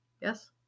yes